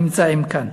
נמצאים כאן.